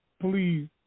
please